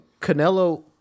Canelo